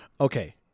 Okay